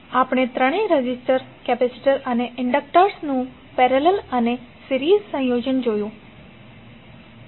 આપણે ત્રણેય resistor capacitor અને ઇન્ડક્ટર્સનું પેરેલલ અને સિરીઝ સંયોજન જોયું